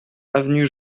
avenue